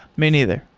me neither.